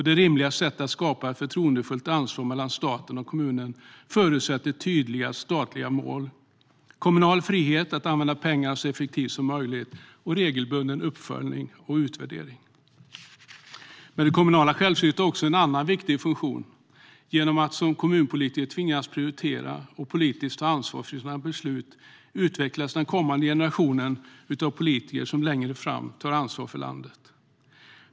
Det rimliga sättet att skapa ett förtroendefullt ansvar mellan staten och kommunerna förutsätter tydliga statliga mål, kommunal frihet att använda pengarna så effektivt som möjligt och regelbunden uppföljning och utvärdering. Det kommunala självstyret har också en annan viktig funktion. Genom att som kommunpolitiker tvingas prioritera och politiskt ta ansvar för sina beslut utvecklas den kommande generationen av politiker som längre fram tar ansvar för landet.